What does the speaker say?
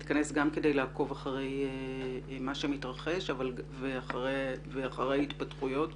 נועד לעקוב אחר מה שמתרחש ואחרי ההתפתחויות